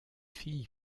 fille